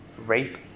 rape